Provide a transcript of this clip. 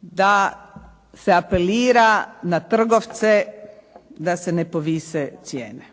da se apelira na trgovce da se ne povise cijene.